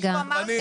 רבקה,